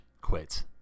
quit